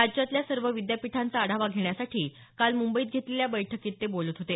राज्यातल्या सर्व विद्यापिठांचा आढावा घेण्यासाठी काल मुंबईत घेतलेल्या बैठकीत ते बोलत होते